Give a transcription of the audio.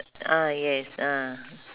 ah yes ah